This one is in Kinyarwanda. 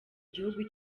gihugu